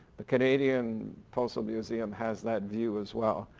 the canadian postal museum has that view as well.